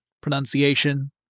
pronunciation